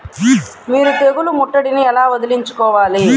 మీరు తెగులు ముట్టడిని ఎలా వదిలించుకోవాలి?